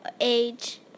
age